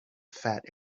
fat